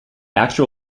actual